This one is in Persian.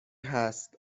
هست